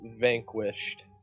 vanquished